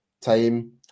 time